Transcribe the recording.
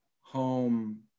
home